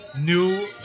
New